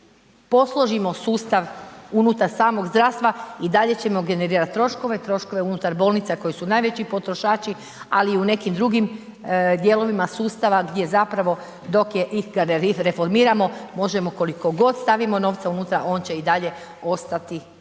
posložimo sustav unutar samog zdravstva, i dalje ćemo generirati troškove, troškove unutar bolnica koji su najveći potrošači, ali i u nekim drugim dijelovima sustava gdje zapravo, dok ih ne reformiramo, možemo koliko god stavimo novca unutra, on će i dalje ostati